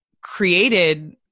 created